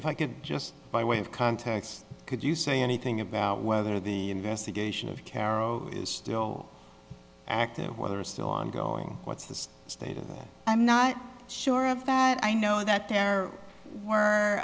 if i could just by way of context could you say anything about whether the investigation of carroll is still active whether it's still ongoing what's the status i'm not sure of that i know that there